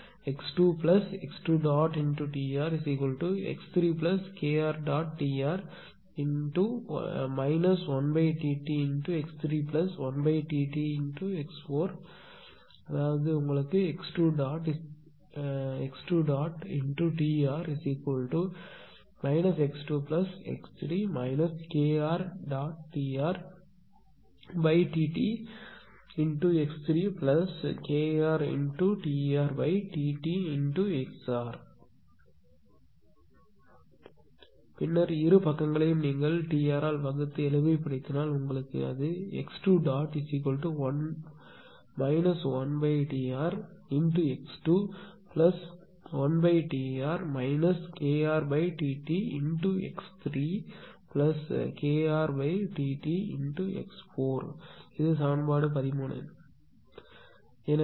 x2x2Trx3KrTr 1Ttx31Ttx4 அதாவது x2Tr x2x3 KrTrTtx3KrTrTtx4 பின்னர் இரு பக்கங்களையும் நீங்கள் T r ஆல் வகுத்து எளிமைப்படுத்தினால் நீங்கள் பெறுவீர்கள் x2 1Trx2 x3KrTtx4 இது சமன்பாடு 13